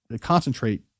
concentrate